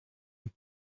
and